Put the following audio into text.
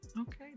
Okay